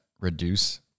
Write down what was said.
reduce